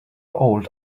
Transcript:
old